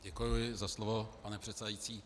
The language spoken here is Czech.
Děkuji za slovo, pane předsedající.